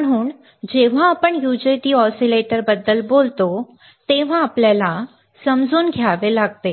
म्हणून जेव्हा आपण UJT ऑसीलेटर बद्दल बोलतो तेव्हा आपल्याला समजून घ्यावे लागते